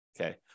Okay